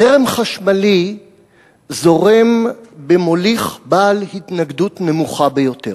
זרם חשמלי זורם במוליך בעל התנגדות נמוכה ביותר.